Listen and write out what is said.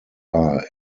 are